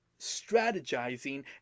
strategizing